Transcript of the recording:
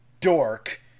dork